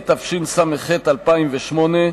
התשס"ח 2008,